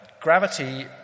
gravity